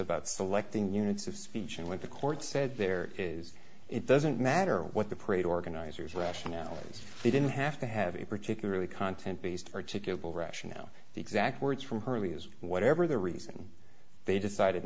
about selecting units of speech and went to court said there is it doesn't matter what the parade organizers rationale is they didn't have to have a particularly content based articulable rationale the exact words from her use whatever the reason they decided